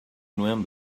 nuen